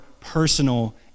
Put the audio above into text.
personal